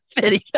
video